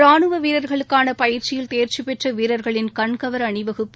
ராணுவ வீரத்களுக்கான பயிற்சியில் தேர்ச்சி பெற்ற வீரர்களின் கண்கவர் அணிவகுப்பு